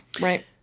Right